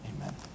Amen